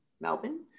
Melbourne